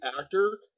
actor